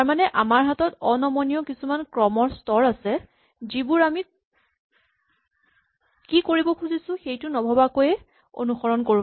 তাৰমানে আমাৰ হাতত অনমনীয় কিছুমান ক্ৰমৰ স্তৰ আছে যিবোৰ আমি কি কৰিব খুজিছো সেইটো নভৱাকৈয়ে অনুসৰণ কৰো